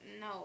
no